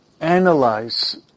analyze